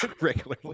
regularly